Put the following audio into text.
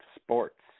sports